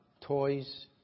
toys